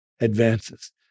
advances